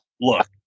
Look